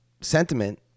sentiment